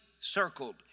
circled